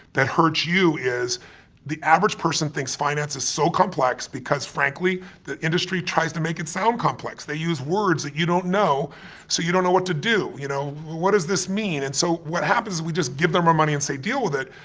that hurts you is the average person thinks finance is so complex because, frankly, the industry tries to make it sound complex. they use words that you don't know so you don't know what to do. you know, what does this mean? and so what happens is we just give them our money and say, deal with it,